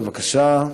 בבקשה.